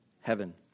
heaven